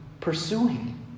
pursuing